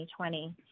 2020